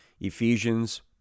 Ephesians